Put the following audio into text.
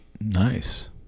nice